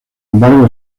embargo